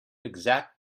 exact